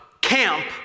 camp